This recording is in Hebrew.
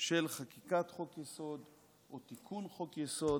של חקיקת חוק-יסוד או תיקון חוק-יסוד,